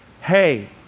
Hey